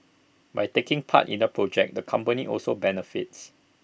by taking part in the project the companies also benefit